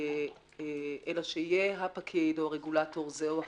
אלא שיהיה הפקיד או הרגולטור זה או אחר.